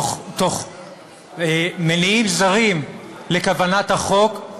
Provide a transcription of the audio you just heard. תוך מניעים זרים לכוונת החוק,